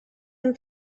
and